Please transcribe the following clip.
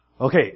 Okay